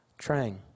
Trang